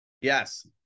Yes